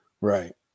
right